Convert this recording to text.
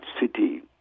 city